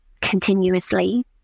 continuously